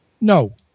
No